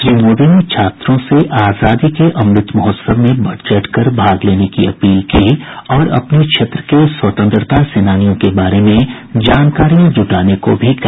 श्री मोदी ने छात्रों से आजादी के अमृत महोत्सव में बढ़ चढ़कर भाग लेने की अपील की और अपने क्षेत्र के स्वतंत्रता सेनानियों के बारे में जानकारियां जुटाने को भी कहा